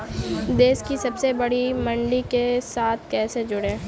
देश की सबसे बड़ी मंडी के साथ कैसे जुड़ें?